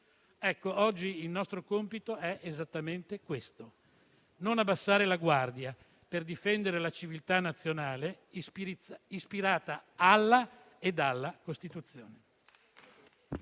oggi il nostro compito è esattamente questo: non abbassare la guardia per difendere la civiltà nazionale ispirata alla e dalla Costituzione.